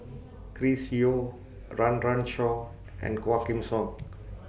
Chris Yeo Run Run Shaw and Quah Kim Song